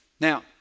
Now